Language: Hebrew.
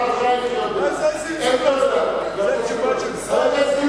של שר?